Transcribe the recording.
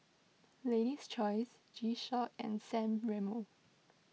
Lady's Choice G Shock and San Remo